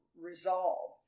resolve